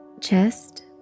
chest